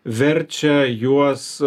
verčia juos